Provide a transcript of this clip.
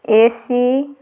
AC